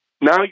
Now